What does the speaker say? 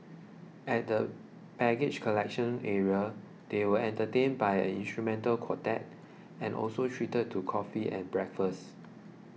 at the baggage collection area they were entertained by an instrumental quartet and also treated to coffee and breakfast